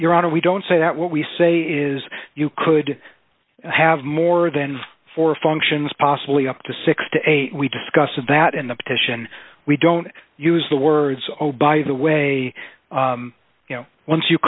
your honor we don't say that what we say is you could have more than four functions possibly up to six to eight we discuss that in the petition we don't use the words oh by the way you know once you